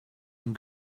and